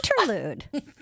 interlude